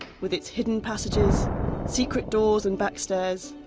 with its hidden passages secret doors and backstairs,